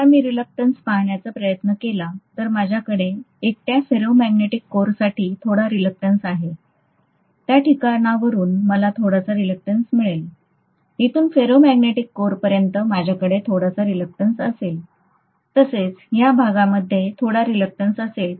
आता मी रिलक्टंस पहाण्याचा प्रयत्न केला तर माझ्याकडे एकट्या फेरोमॅग्नेटिक कोरसाठी थोडा रिलक्टंस आहे त्या ठिकाणावरून मला थोडासा रिलक्टंस मिळेल इथून फेरोमॅग्नेटिक कोरपर्यंत माझ्याकडे थोडासा रिलक्टंस असेल तसेच ह्या भागामध्ये थोडा रिलक्टंस असेल